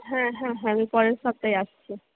হ্যাঁ হ্যাঁ হ্যাঁ আমি পরের সপ্তাহে আসছি